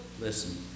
listen